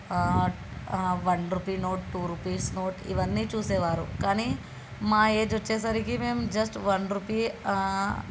one rupee note two rupees note ఇవన్నీ చూసేవారు కానీ మా ఏజ్ వచ్చేసరికి మేము జస్ట్ వన్ రుపీ